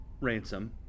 Ransom